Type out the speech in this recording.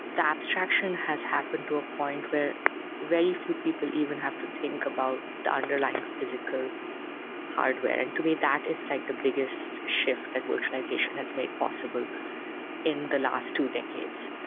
the abstraction has happened to a point where very few people even have to think about the underlying physical hardware. and to me, that is like the biggest shift that virtualization has made possible in the last two decades.